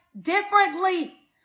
differently